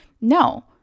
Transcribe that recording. No